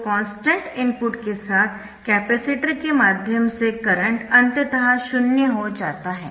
तो constant input के साथ कपैसिटर के माध्यम से करंट अंततः शून्य हो जाता है